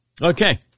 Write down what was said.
Okay